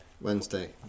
Wednesday